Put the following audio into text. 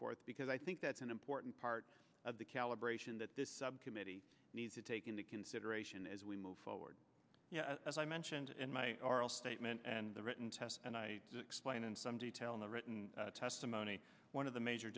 forth because i think it's an important part of the calibration that this subcommittee needs to take into consideration as we move forward as i mentioned in my oral statement and the written test and i explained in some detail in the written testimony one of the major